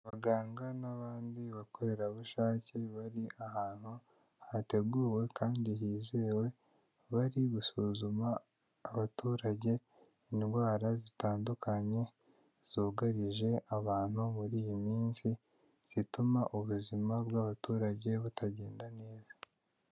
Abaganga n'abandi bakorerabushake bari ahantu hateguwe kandi hizewe, bari gusuzuma abaturage indwara zitandukanye zugarije abantu muri iyi minsi, zituma ubuzima bw'abaturage butagenda neza.